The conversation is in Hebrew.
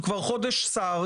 הוא כבר חודש שר,